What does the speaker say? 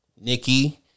Nikki